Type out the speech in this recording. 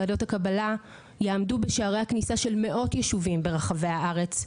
ועדות הקבלה יעמדו בשערי הכניסה של מאות יישובים ברחבי הארץ,